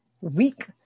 weak